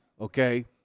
Okay